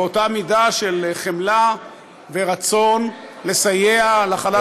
באותה מידה של חמלה ורצון לסייע לחלש,